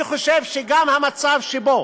אני חושב שגם המצב שבו